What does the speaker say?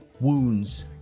wounds